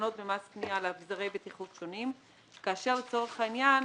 במס קנייה לאביזרי בטיחות שונים כאשר לצורך העניין